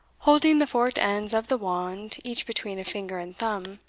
holding the forked ends of the wand, each between a finger and thumb,